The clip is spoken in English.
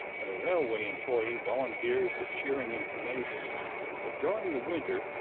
and a railway employee volunteers the cheering information that, during the winter,